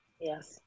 Yes